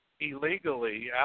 illegally